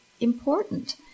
important